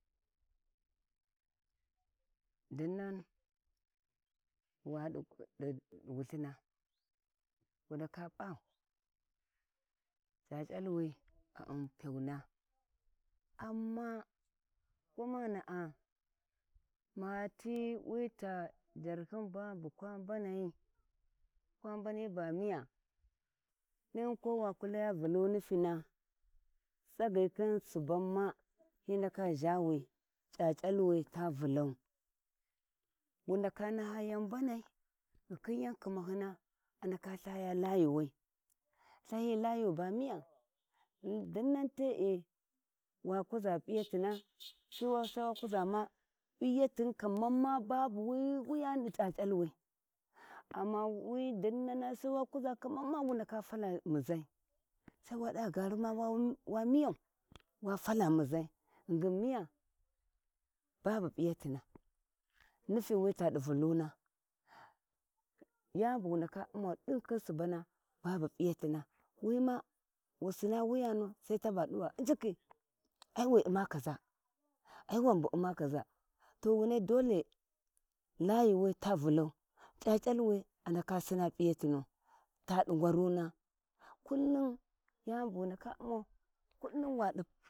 Dinnan wadi wulhina wu ndaka p’a c’ac’alwi a vu pyauna amma gwamana’a mati wita jarhin ban bakwa mbanai bakwa mbani ba miya, din ko waku laya Ulhu myina tsagyi khin subau ma dusa zha wi ca’c’alu ta Vulau, wu ndaka naha yau mbanai ghikhin yau khinahua bu ndaka lthayu layuwi, lthayakhi layu ba miya dinnan tee wa kuʒa p’iyatina ti wanko kuzama kaman ma babu wi waya ni chi c'ac'acwi amma wi dinnan sai wa kuʒa ma kama wu ndaka tala muzai sai wa dava gari ma wa migau wa fala muzai gdingin miya babu p'iyitina, nifiwi tadi Vuluna yani bu wu ndaka uma din khin subana babu p’iyatina wi ma sina wuyana sai taba dava injiki ai wi umma kaʒa ai wanbu uma kaʒa to wunai dole layuwi ta Vulau c’ac’alwi a ndaka sina p’iyatni tacki ngwamna kulum yani bu wu ndaka umau kullum wadi.